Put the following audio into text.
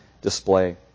display